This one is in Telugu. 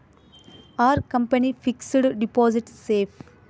Are company fixed deposit safe?